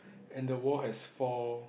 and the wall has four